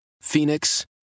Phoenix